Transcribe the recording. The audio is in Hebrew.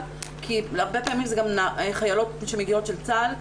כי הרבה פעמים זה גם חיילות של צה"ל שמגיעות,